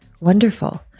wonderful